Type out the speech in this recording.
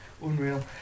Unreal